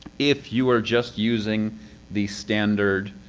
if you are just using the standard